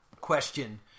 question